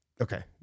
okay